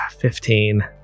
Fifteen